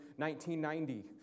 1990